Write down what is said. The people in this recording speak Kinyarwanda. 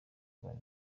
urban